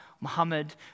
Muhammad